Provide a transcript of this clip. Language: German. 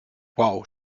wow